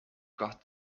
got